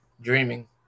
dreaming